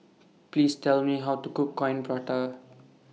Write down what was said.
Please Tell Me How to Cook Coin Prata